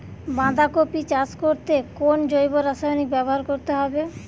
বাঁধাকপি চাষ করতে কোন জৈব রাসায়নিক ব্যবহার করতে হবে?